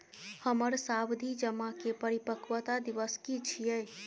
हमर सावधि जमा के परिपक्वता दिवस की छियै?